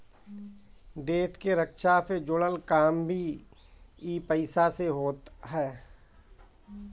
देस के रक्षा से जुड़ल काम भी इ पईसा से होत हअ